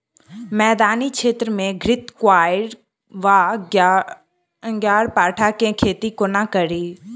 मैदानी क्षेत्र मे घृतक्वाइर वा ग्यारपाठा केँ खेती कोना कड़ी?